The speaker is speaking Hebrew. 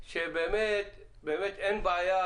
-- שבאמת אין בעיה,